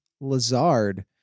Lazard